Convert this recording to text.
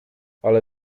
ale